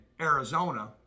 Arizona